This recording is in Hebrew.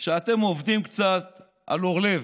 שאתם עובדים קצת על אורלב,